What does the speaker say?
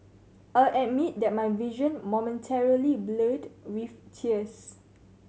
I'll admit that my vision momentarily blurred with tears